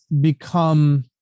become